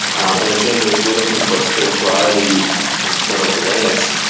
and the same way if you're looking for spirituality and internal awareness,